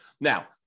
Now